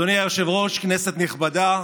אדוני היושב-ראש, כנסת נכבדה,